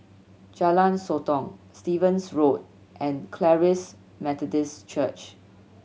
Jalan Sotong Stevens Road and Charis Methodist Church